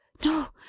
no!